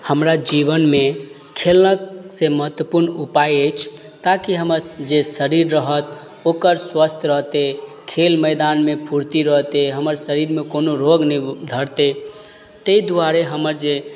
हमरा जीवनमे खेलक से महत्वपूर्ण उपाय अछि ताकि हमर जे शरीर रहत ओकर स्वस्थ रहतइ खेल मैदानमे फूर्ति रहतइ हमर शरीरमे कोनो रोग नहि धरतइ तै दुआरे हमर जे